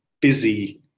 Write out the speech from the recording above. busy